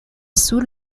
sur